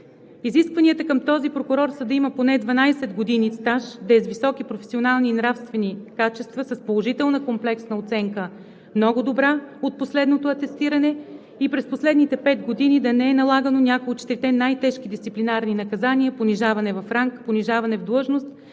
Изискванията към този прокурор са да има поне 12 години стаж, да е с високи професионални и нравствени качества, с положителна комплексна оценка „много добър“ от последното атестиране, а през последните пет години да не му е налагано някое от четирите най-тежки дисциплинарни наказания: понижаване в ранг, понижаване в длъжност,